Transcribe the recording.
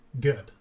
Good